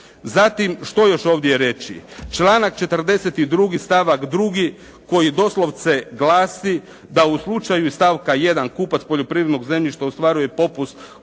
Zatim, što još ovdje reći, članak 42. stavak 2. koji doslovce glasi da u slučaja iz stavka 1. kupac poljoprivrednog zemljišta ostvaruje popust u visini